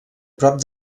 prop